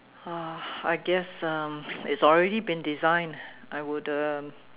uh I guess um it's already been designed I would um